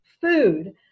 food